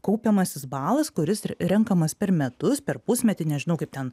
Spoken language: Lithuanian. kaupiamasis balas kuris renkamas per metus per pusmetį nežinau kaip ten